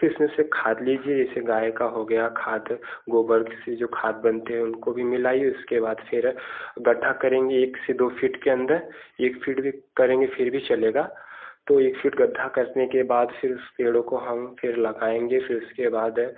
फिर इस में से खाद लीजिए जैसे गाय का हो गया खाद गोबर जिससे खाद बनते हैं उनको भी मिलाइए उसके फिर उसके बाद फिर गड्ढा करेंगे एक से दो फीट के अंदर एक फीट भी करेंगे फिर भी चलेगा तो एक फीट गड्ढा करने के बाद फिर उस पेड़ों को हम फिर लगाएँगे फिर उसके बाद